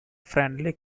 friendly